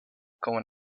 como